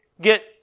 get